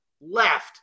left